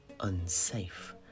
Unsafe